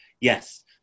Yes